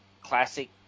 classic